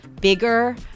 bigger